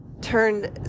turn